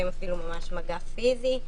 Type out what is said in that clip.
לפעמים אפילו מגע פיזי ממש.